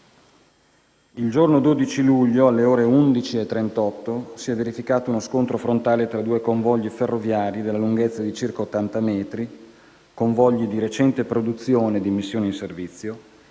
Il giorno 12 luglio, alle ore 11,38, si è verificato uno scontro frontale tra due convogli ferroviari della lunghezza di circa 80 metri. I convogli erano di recente produzione e immissione in servizio